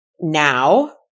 now